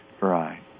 Right